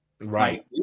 Right